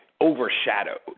overshadowed